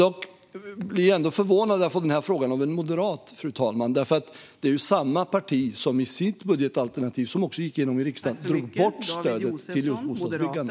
Jag blir förvånad över att få denna fråga av en moderat. Det är ju samma parti som i sitt budgetalternativ, som gick igenom i riksdagen, tog bort stödet till bostadsbyggande.